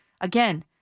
again